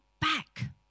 back